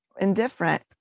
indifferent